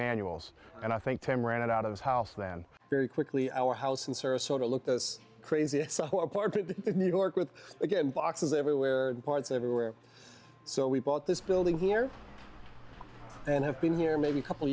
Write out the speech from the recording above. manuals and i thanked them ran it out of his house then very quickly our house in sarasota looked this crazy new york with again boxes everywhere parts everywhere so we bought this building here and i've been here maybe a couple